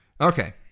Okay